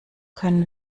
können